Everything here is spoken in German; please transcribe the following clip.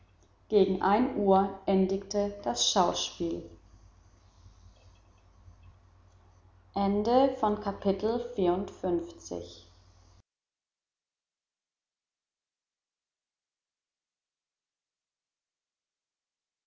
gegen ein uhr endigte das schauspiel